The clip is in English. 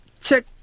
check